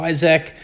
Isaac